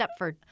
Stepford